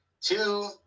Two